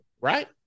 right